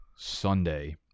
Sunday